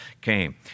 came